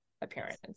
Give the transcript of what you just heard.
appearance